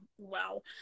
wow